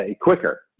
quicker